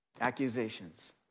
Accusations